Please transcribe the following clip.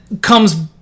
comes